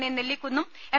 A നെല്ലിക്കുന്നും M